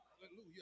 hallelujah